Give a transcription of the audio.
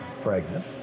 pregnant